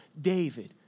David